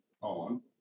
on